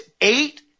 eight